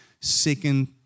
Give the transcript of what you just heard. second